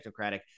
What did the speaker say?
technocratic